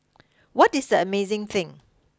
what is the amazing thing